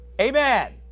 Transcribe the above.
Amen